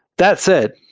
that said,